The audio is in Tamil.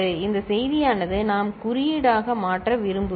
இங்கு செய்தியானது நாம் குறியீடாக மாற்ற விரும்புவது